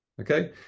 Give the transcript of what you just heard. Okay